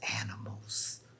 animals